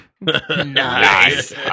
Nice